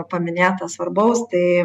paminėta svarbaus tai